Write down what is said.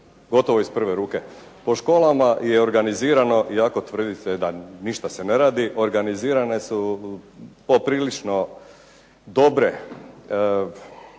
gotovo iz prve ruke. Po školama je organizirano, iako tvrdite da ništa se ne radi, organizirane su poprilično dobre